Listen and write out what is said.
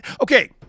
Okay